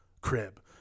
crib